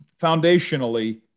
Foundationally